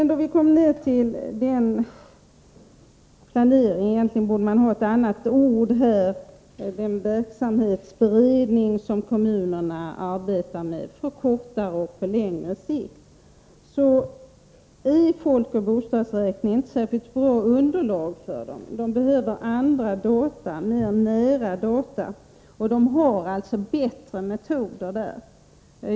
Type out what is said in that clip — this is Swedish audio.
När vi sedan kommer ned till den verksamhetsplanering som kommunerna arbetar med på kortare och på längre sikt ger folkoch bostadsräkningen inte något särskilt bra underlag. De behöver andra data, mera närdata. De har alltså bättre metoder.